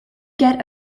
get